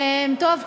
טוב,